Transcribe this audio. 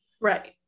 Right